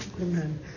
Amen